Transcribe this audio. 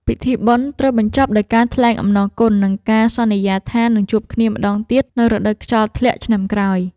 ពិធីបុណ្យត្រូវបញ្ចប់ដោយការថ្លែងអំណរគុណ និងការសន្យាថានឹងជួបគ្នាម្ដងទៀតនៅរដូវខ្យល់ធ្លាក់ឆ្នាំក្រោយ។